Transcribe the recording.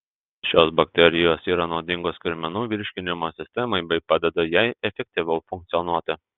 šios bakterijos yra naudingos kirminų virškinimo sistemai bei padeda jai efektyviau funkcionuoti